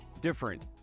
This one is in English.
different